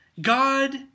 God